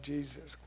Jesus